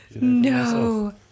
No